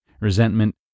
resentment